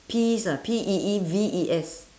peeves ah P E E V E S